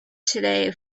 today